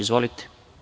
Izvolite.